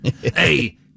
Hey